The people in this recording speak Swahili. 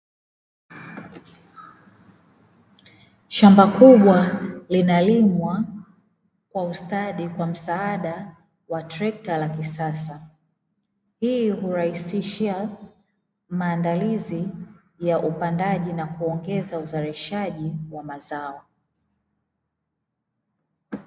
Shamba kubwa linalimwa kwa ustadi kwa msaada wa trekta la kisasa, hii hurahisishia maandalizi ya upandaji na kuongeza uzalishaji wa mazao.